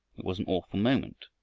it was an awful moment.